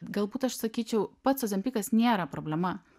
galbūt aš sakyčiau pats ozempikas nėra problema